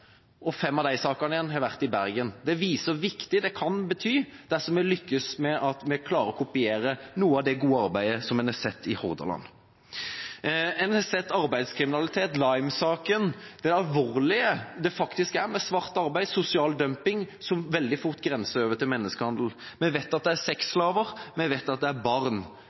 i Bergen. Det viser hva det kan bety dersom vi lykkes med å klare å kopiere noe av det gode arbeidet en har sett i Hordaland. Vi har sett arbeidskriminalitet, Lime-saken, og hvor alvorlig det faktisk er med svart arbeid, sosial dumping, som veldig fort grenser til menneskehandel. Vi vet at det er sexslaver, vi vet at det er barn.